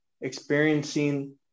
experiencing